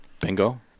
Bingo